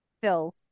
Phil